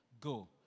go